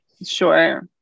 Sure